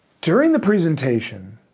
during the presentation,